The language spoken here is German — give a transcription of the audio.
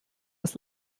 des